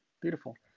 beautiful